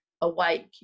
awake